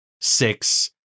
six